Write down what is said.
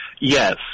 yes